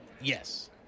Yes